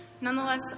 Nonetheless